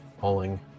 falling